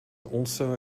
also